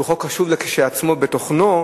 הוא חוק חשוב כשלעצמו בתוכנו,